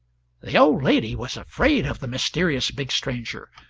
the old lady was afraid of the mysterious big stranger,